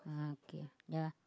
ah okay yeah